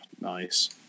Nice